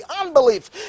unbelief